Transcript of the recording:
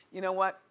you know what,